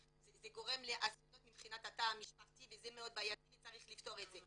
גורם לאסונות מבחינת התא המשפחתי וזה מאוד בעייתי וצריך לפתור את זה.